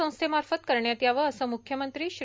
संस्थेमार्फत करण्यात यावं असं मुख्यमंत्री श्री